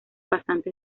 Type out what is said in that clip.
bastante